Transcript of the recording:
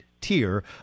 tier